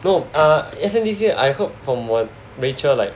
no ah S_N_D_C I heard from Rachel like